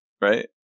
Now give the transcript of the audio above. right